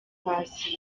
paccy